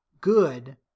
good